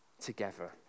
together